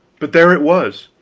but there it was,